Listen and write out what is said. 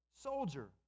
soldier